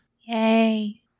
Yay